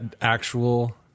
actual